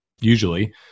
usually